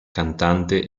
cantante